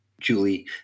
Julie